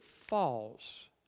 falls